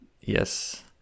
Yes